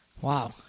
Wow